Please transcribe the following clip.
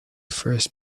first